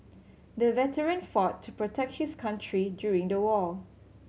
the veteran fought to protect his country during the war